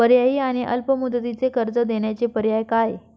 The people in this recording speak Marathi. पर्यायी आणि अल्प मुदतीचे कर्ज देण्याचे पर्याय काय?